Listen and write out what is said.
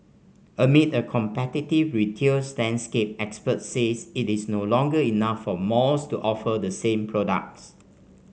amid a competitive retails landscape experts said it is no longer enough for malls to offer the same products